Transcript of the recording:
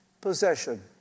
possession